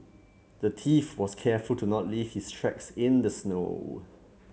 the thief was careful to not leave his tracks in the snow